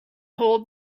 hold